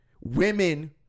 Women